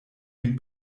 dem